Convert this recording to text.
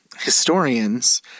historians—